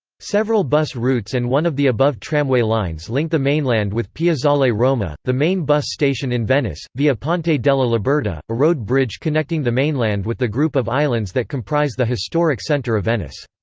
several bus routes and one of the above tramway lines link the mainland with piazzale roma, the main bus station in venice, via ponte della liberta, a road bridge connecting the mainland with the group of islands that comprise the historic center of venice.